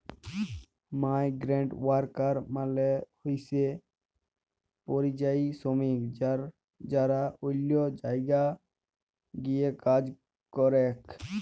migrant worker মালে হইসে পরিযায়ী শ্রমিক যারা অল্য জায়গায় গিয়ে কাজ করেক